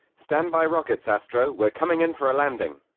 stand by rockets, astro! we're coming in for a landing.